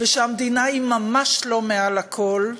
ושהמדינה היא ממש לא מעל הכול,